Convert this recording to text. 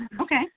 okay